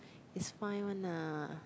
is fine one ah